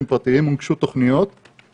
פרטיים הוגשו תוכניות למינהל האזרחי.